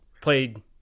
played